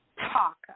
talk